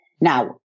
Now